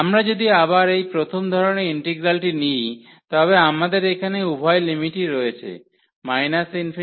আমরা যদি আবার এই প্রথম ধরণের ইন্টিগ্রালটি নিই তবে আমাদের এখানে উভয় লিমিটই রয়েছে ∞ এবং এটি ∞